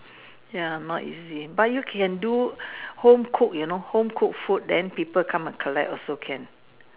ya not easy but you can do home cooked you know home cooked food then people come and collect also can